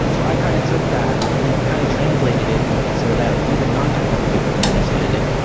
and so i kind of took that and kind of translated it and so that even non-technical people can understand it,